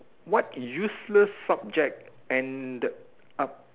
what useless subject ended up